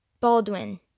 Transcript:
Baldwin